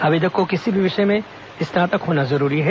आवेदक को किसी भी विषय में स्नातक होना जरूरी है